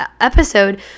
episode